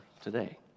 today